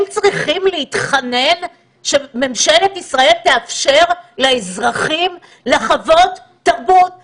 הם צריכים להתחנן שממשלת ישראל תאפשר לאזרחים לחוות תרבות עשירה,